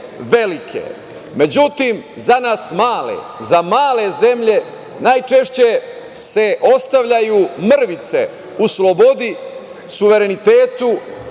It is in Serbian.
velike.Međutim, za nas male, za male zemlje najčešće se ostavljaju mrvice u slobodi, suverenitetu